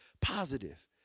positive